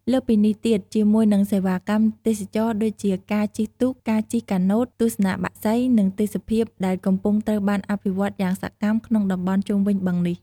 លើសពិនេះទៀតជាមួយនឹងសេវាកម្មទេសចរណ៍ដូចជា ការជិះទូក ការជិះកាណូត ទស្សនាបក្សី និងទេសភាព ដែលកំពុងត្រូវបានអភិវឌ្ឍន៍យ៉ាងសកម្មក្នុងតំបន់ជុំវិញបឹងនេះ។